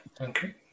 Okay